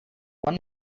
one